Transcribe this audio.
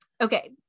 Okay